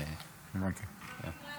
אדוני היושב-ראש, אדוני